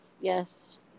yes